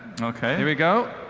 here we go.